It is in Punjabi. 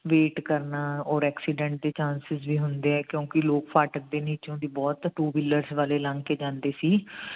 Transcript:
ਵੇਟ ਕਰਨਾ ਔਰ ਐਕਸੀਡੈਂਟ ਦੇ ਚਾਂਸਸ ਵੀ ਹੁੰਦੇ ਆ ਕਿਉਂਕਿ ਲੋਕ ਫਾਟਕ ਦੇ ਨੀਚੋਂ ਦੀ ਬਹੁਤ ਟੂ ਵਿਲਰਸ ਵਾਲੇ ਲੰਘ ਕੇ ਜਾਂਦੇ ਸੀ